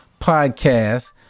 podcast